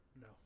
No